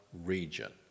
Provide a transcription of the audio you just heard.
region